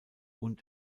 und